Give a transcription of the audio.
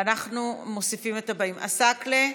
אנחנו מוסיפים את הבאים: עסאקלה,